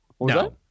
No